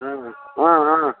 ಹಾಂ ಹಾಂ ಹಾಂ